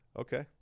Okay